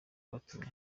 kwatumye